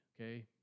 okay